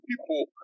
people